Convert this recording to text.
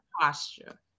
posture